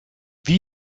wie